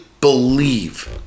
believe